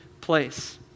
place